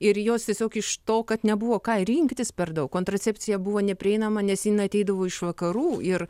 ir jos tiesiog iš to kad nebuvo ką rinktis per daug kontracepcija buvo neprieinama nes ji ateidavo iš vakarų ir